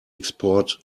export